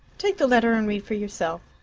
take the letter and read for yourself.